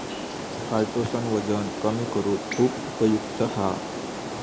chitosan वजन कमी करुक खुप उपयुक्त हा